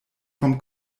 vom